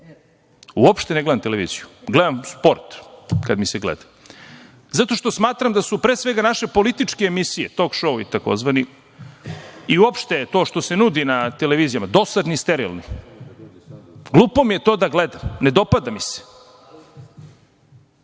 Uopšte ne gledam televiziju. Gledam sport kada mi se gleda zato što smatram da su pre svega naše političke emisije, „tok šoui“ tzv. i uopšte to što se nudi na televizijama dosadne i sterilne. Glupo mi je to da gledam. Ne dopada mi se.